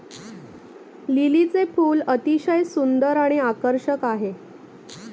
लिलीचे फूल अतिशय सुंदर आणि आकर्षक आहे